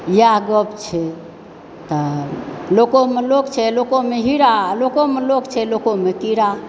इएह गप छै तऽ लोकोमे लोक छै लोकोमे हीरा आ लोकोमे लोक छै लोकोमे तीरा